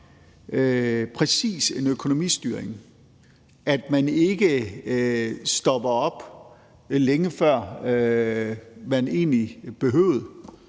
præcis en økonomistyring, at man ikke stopper op, længe før man egentlig behøvede,